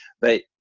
But-